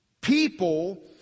people